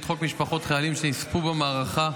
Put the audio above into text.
ואת חוק משפחות חיילים שנספו במערכה,